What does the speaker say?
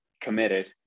committed